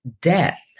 death